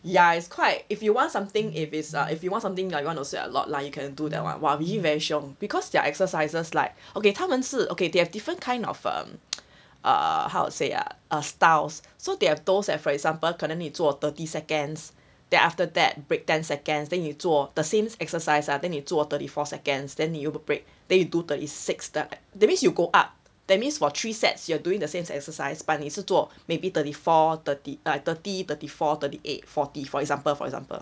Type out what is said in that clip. ya is quite if you want something if is uh you want something like you want to sweat a lot lah you can do that !wah! really very 凶 because their exercises like okay 他们是 okay they have different kind of um ah how to say ah uh styles so they have those like for example 可能你做 thirty seconds then after that break ten seconds then 你做 the same exercise lah then 你做 thirty four seconds then 你又 break then you do thirty six that that means you go up that means for three sets you are doing the same exercise but 你是做 maybe thirty four thirt~ thirty thirty four thirty eight forty for example for example